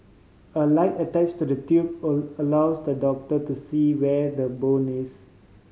a light attached to the tube a allows the doctor to see where the bone is